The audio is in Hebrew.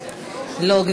לא.